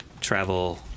travel